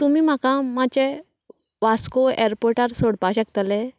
तुमी म्हाका मात्शे वास्को एरपोर्टार सोडपाक शकतले